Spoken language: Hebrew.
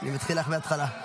אני מתחיל לך מההתחלה.